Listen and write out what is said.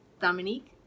Dominique